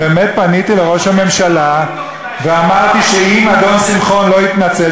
באמת פניתי לראש הממשלה ואמרתי שאם אדון שמחון לא יתנצל,